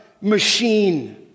machine